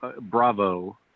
bravo